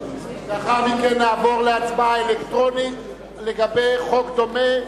לאחר מכן נעבור להצבעה אלקטרונית לגבי חוק דומה,